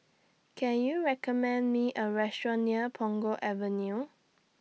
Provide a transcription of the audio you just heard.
Can YOU recommend Me A Restaurant near Punggol Avenue